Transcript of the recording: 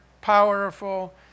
powerful